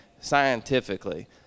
scientifically